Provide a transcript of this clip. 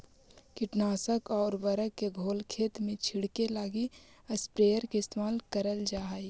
कीटनाशक आउ उर्वरक के घोल खेत में छिड़ऽके लगी स्प्रेयर के इस्तेमाल करल जा हई